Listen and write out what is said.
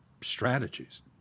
strategies